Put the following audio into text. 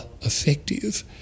effective